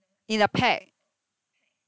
in a pack